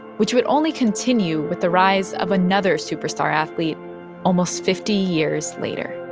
which would only continue with the rise of another superstar athlete almost fifty years later